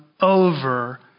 over